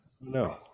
No